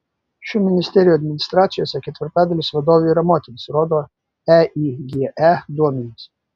šių ministerijų administracijose ketvirtadalis vadovių yra moterys rodo eige duomenys